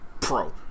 pro